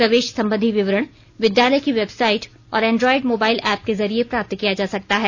प्रवेश संबंधी विवरण विद्यालय की वेबसाइट और एंड्रोएड मोबाइल ऐप के जरिए प्राप्त किया जा सकता है